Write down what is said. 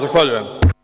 Zahvaljujem.